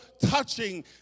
touching